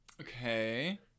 Okay